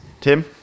Tim